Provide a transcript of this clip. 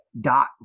dot